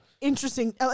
interesting